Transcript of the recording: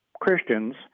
Christians